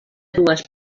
dues